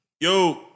yo